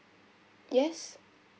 yes